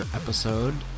episode